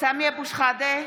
סמי אבו שחאדה,